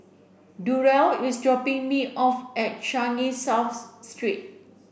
Durrell is dropping me off at Changi South Street